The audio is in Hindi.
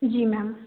जी मैम